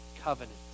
covenant